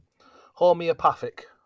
Homeopathic